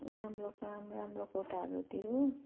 राम्रो काम राम्रो कोटाहरूतिर